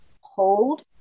hold